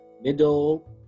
middle